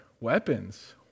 Weapons